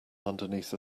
underneath